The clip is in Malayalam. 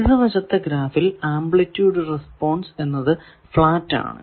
ഇടതു വശത്തെ ഗ്രാഫിൽ ആംപ്ലിറ്റൂഡ് റെസ്പോൺസ് എന്നത് ഫ്ലാറ്റ് ആണ്